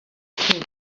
could